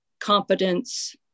competence